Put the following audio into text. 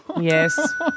Yes